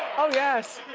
oh yes.